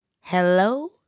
Hello